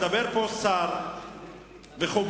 מדבר פה שר מכובד,